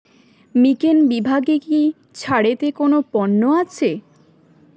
মিকেন বিভাগে কি ছাড়েতে কোনও পণ্য আছে